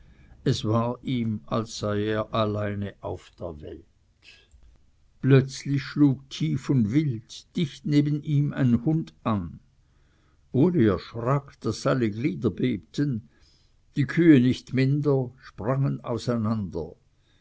es war ihm als sei er alleine auf der welt plötzlich schlug tief und wild dicht neben ihm ein hund an uli erschrak daß alle glieder bebten die kühe nicht minder sprangen auseinander